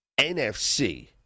NFC